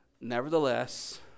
Nevertheless